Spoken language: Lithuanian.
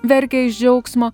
verkia iš džiaugsmo